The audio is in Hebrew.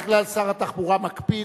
בדרך כלל שר התחבורה מקפיד.